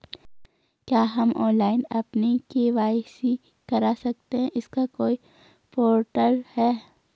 क्या हम ऑनलाइन अपनी के.वाई.सी करा सकते हैं इसका कोई पोर्टल है?